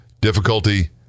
Difficulty